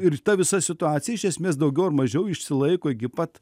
ir ta visa situacija iš esmės daugiau ar mažiau išsilaiko iki pat